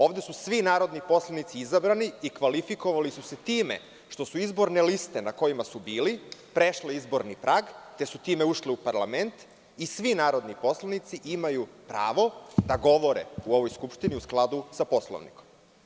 Ovde su svi narodni poslanici izabrani i kvalifikovali su se time što su izborne liste na kojima su bili prešle izborni prag, te su time ušli u parlament i svi narodni poslanici imaju pravo da govore u ovoj skupštini u skladu sa Poslovnikom.